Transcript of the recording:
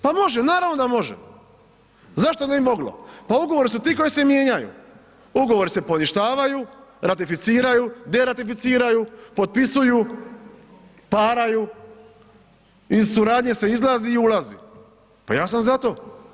Pa može, naravno da može, zašto ne bi moglo, pa ugovori su ti koji se mijenjaju, ugovori se poništavaju, ratificiraju, deratificiraju, potpisuju, paraju, iz suradnje se izlazi i ulazi, pa ja sam za to.